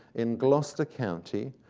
in gloucester county.